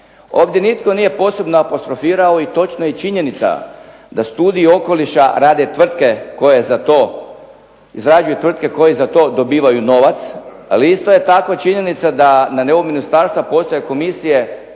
Ovdje nitko nije posebno apostrofirao i točna je činjenica da studij okoliša rade tvrtke koje za to dobivaju novac. Ali je isto tako činjenica da nivou ministarstva postoje komisije